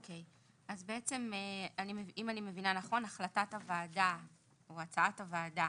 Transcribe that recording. אם אני מבינה נכון, הצעת הוועדה